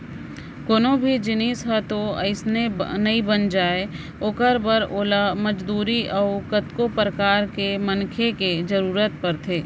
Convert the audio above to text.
कोनो भी जिनिस ह तो अइसने नइ बन जाय ओखर बर ओला मजदूरी अउ कतको परकार के मनखे के जरुरत परथे